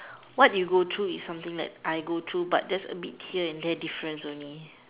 what you go through is something like I go through but just a bit here and there difference only